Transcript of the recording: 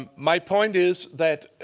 um my point is that